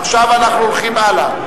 עכשיו אנחנו הולכים הלאה.